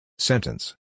Sentence